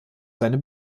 seine